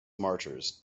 martyrs